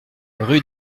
rue